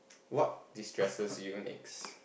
what destresses you next